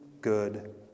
good